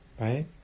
right